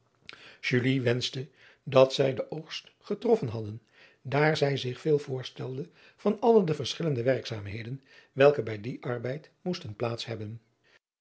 wenschte dat zij den oogst getroffen hadden driaan oosjes zn et leven van aurits ijnslager daar zij zich veel voorstelde van alle de verschillende werkzaamheden welke bij dien arbeid moesten plaats hebben